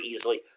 easily